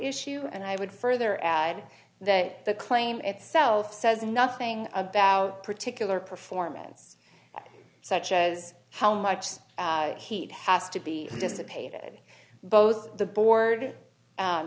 issue and i would further add that the claim itself says nothing about particular performance such as how much heat has to be dissipated both the board